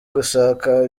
gushaka